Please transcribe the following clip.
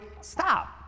Stop